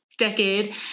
decade